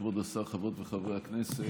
כבוד השר, חברות וחברי הכנסת,